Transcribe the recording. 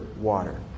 water